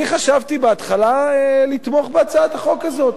אני חשבתי בהתחלה לתמוך בהצעת החוק הזאת,